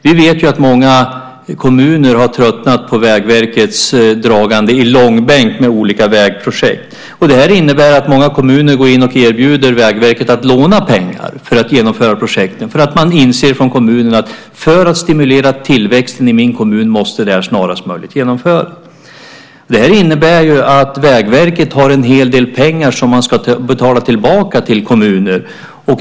Vi vet att många kommuner har tröttnat på Vägverkets dragande i långbänk med olika vägprojekt. Det innebär att många kommuner går in och erbjuder Vägverket att låna pengar för att genomföra projekten. Man inser från kommunerna att för att stimulera tillväxten i kommunen måste det snarast möjligt genomföras. Det innebär att Vägverket har en hel del pengar som man ska betala tillbaka till kommuner.